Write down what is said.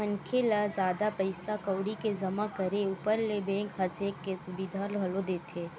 मनखे ल जादा पइसा कउड़ी के जमा करे ऊपर ले बेंक ह चेक के सुबिधा घलोक देथे